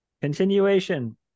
continuation